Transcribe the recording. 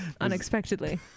unexpectedly